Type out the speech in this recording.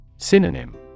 Synonym